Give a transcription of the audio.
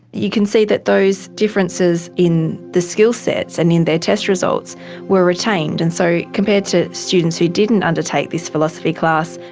you can see that those differences in the skill sets and in their test results were retained. and so compared to students who didn't undertake this philosophy class,